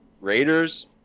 Raiders